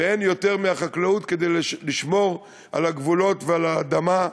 ואין יותר מהחקלאות כדי לשמור על הגבולות ועל האדמה,